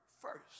First